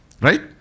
right